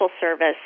Service